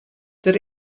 der